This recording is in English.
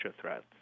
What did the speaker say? threats